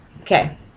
Okay